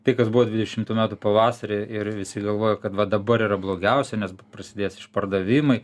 tai kas buvo dvidešimtų metų pavasarį ir visi galvojo kad va dabar yra blogiausia nes prasidės išpardavimai